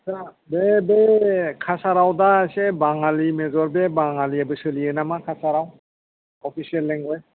आतसा बे बे काछाराव दा एसे बाङालि मेजर बे बाङालिबो सोलियो नामा काछाराव अफिसियेल लेंगुवेज